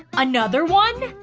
another one!